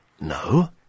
No